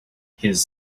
his